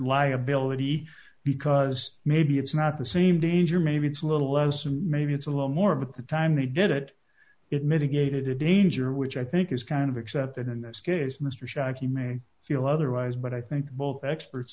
liability because maybe it's not the same danger maybe it's a little less and maybe it's a lot more of the time they did it it mitigated a danger which i think is kind of accepted in this case mr shockey may feel otherwise but i think both experts